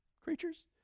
creatures